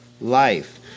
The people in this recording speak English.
life